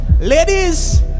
ladies